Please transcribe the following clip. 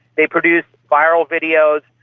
they produce viral videos,